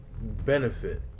benefit